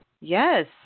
yes